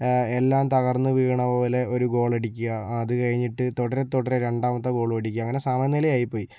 എല്ലാം തകർന്നു വീണ പോലെ ഒരു ഗോളടിക്കുക അതുകഴിഞ്ഞിട്ട് തുടരെത്തുടരെ രണ്ടാമത്തെ ഗോളും അടിക്കുക അങ്ങനെ സമനില ആയിപ്പോയി